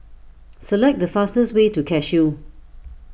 select the fastest way to Cashew